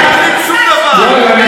יואל, אני יכול להגיד לך משהו: